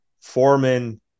Foreman